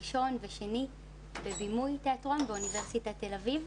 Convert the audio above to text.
ראשון ושני בבימוי תיאטרון באוניברסיטת תל אביב.